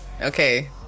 Okay